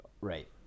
right